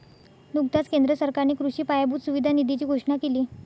नुकताच केंद्र सरकारने कृषी पायाभूत सुविधा निधीची घोषणा केली